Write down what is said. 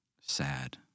sad